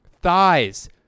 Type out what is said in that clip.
Thighs